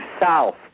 south